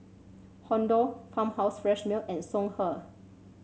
Honda Farmhouse Fresh Milk and Songhe